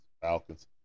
Falcons